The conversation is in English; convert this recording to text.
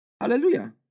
Hallelujah